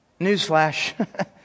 Newsflash